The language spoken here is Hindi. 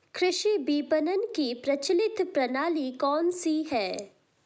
कृषि विपणन की प्रचलित प्रणाली कौन सी है?